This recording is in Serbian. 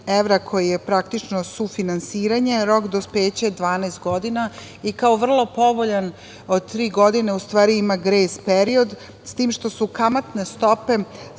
evra koji je praktično sufinansiranje, rok dospeća je 12 godina. Kao vrlo povoljan, od tri godine, u stvari ima grejs period, s tim što su kamatne stope